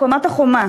הוא הקמת החומה,